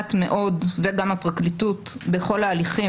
מתמהמהת מאוד וגם הפרקליטות בכל ההליכים,